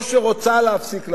או שרוצה להפסיק לעבוד.